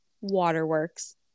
Waterworks